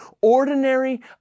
ordinary